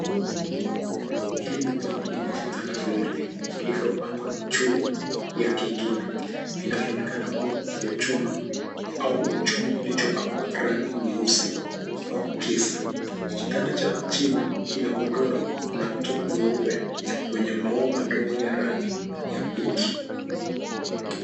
Hili ni bweni lenye vitanda viwili vilivyopangwa juu ya kingine vinavyoonekana kuwa vya chuma au chuma kilichopakwa rangi nyeusi au giza. Kitanda cha chini kina gondoro na mto mweupe wenye maua madogo ya rangi ya pinki.